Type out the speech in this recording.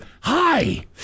hi